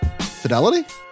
Fidelity